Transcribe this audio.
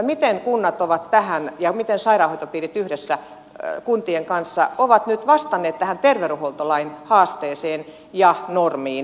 miten kunnat ja miten sairaanhoitopiirit yhdessä kuntien kanssa ovat nyt vastanneet tähän terveydenhuoltolain haasteeseen ja normiin